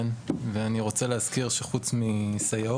נכון להיום מדובר באלפים שחסרים, של עובדי סיוע